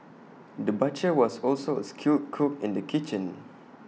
the butcher was also A skilled cook in the kitchen